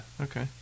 okay